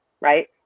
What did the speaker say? right